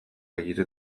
egiten